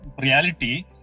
reality